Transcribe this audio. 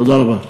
תודה רבה.